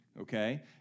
okay